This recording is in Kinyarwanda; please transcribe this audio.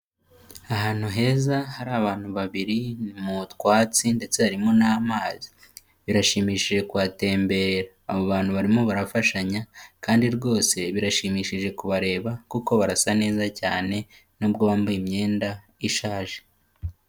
Ahantu heza hari abantu babiri mu twatsi ndetse harimo n'amazi birashimishije kuyatembera, abo bantu barimo barafashanya kandi rwose birashimishije kubareba kuko barasa neza cyane nubwo bambaye imyenda ishaje.